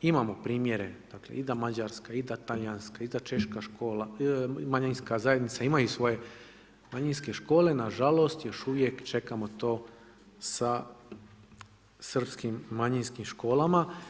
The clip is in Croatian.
Imamo primjere dakle i da Mađarska i da talijanska i da češka škola i da manjinska zajednica imaju svoje manjinske škole, nažalost još uvijek čekamo to sa srpskim manjinskim školama.